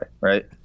right